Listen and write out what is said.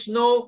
no